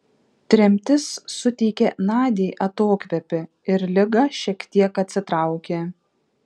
tremtis suteikė nadiai atokvėpį ir liga šiek tiek atsitraukė